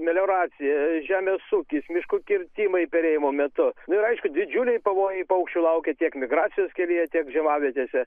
melioracija žemės ūkis miškų kirtimai perėjimo metu nu ir aišku didžiuliai pavojai paukščių laukia tiek migracijos kelyje tiek žiemavietėse